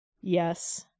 Yes